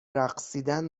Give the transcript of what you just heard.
رقصیدن